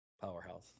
powerhouse